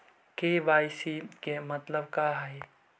KYC के मतलब का हई?